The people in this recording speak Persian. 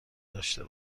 داشته